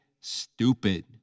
stupid